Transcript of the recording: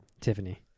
Tiffany